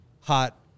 hot